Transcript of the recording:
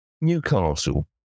Newcastle